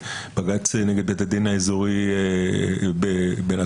בבג"ץ נגד בית הדין הרבני האזורי בנתניה,